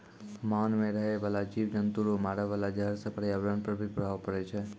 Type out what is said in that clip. मान मे रहै बाला जिव जन्तु रो मारे वाला जहर से प्रर्यावरण पर भी प्रभाव पड़ै छै